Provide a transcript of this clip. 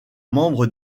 membre